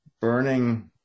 burning